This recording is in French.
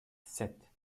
sept